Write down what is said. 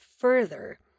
further